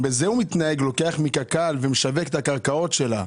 רמ"י לוקח מקק"ל ומשווק את הקרקעות שלה.